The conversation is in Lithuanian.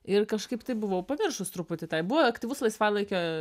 ir kažkaip taip buvau pamiršus truputį tai buvo aktyvus laisvalaikio